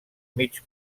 mig